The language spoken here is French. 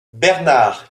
bernard